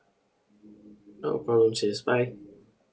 no problems sister bye